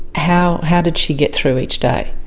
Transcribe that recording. how how did she get through each day?